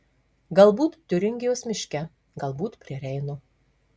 galbūt tiuringijos miške galbūt prie reino